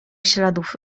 śladów